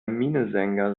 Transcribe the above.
minnesänger